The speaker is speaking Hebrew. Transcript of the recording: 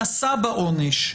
נשא בעונש,